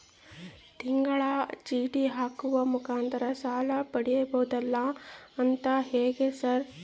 ತಿಂಗಳ ಚೇಟಿ ಹಾಕುವ ಮುಖಾಂತರ ಸಾಲ ಪಡಿಬಹುದಂತಲ ಅದು ಹೆಂಗ ಸರ್?